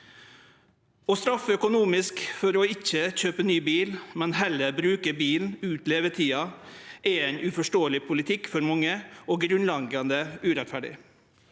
Å straffe økonomisk for ikkje å kjøpe ny bil, men heller bruke bilen ut levetida, er ein uforståeleg politikk for mange og grunnleggjande urettferdig.